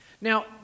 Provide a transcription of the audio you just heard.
Now